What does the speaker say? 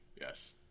yes